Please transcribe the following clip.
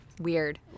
Weird